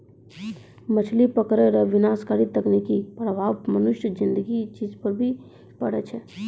मछली पकड़ै रो विनाशकारी तकनीकी प्रभाव मनुष्य ज़िन्दगी चीज पर भी पड़ै छै